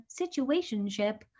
situationship